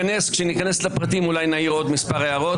כשניכנס לפרטים אולי נעיר עוד מספר הערות.